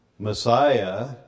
Messiah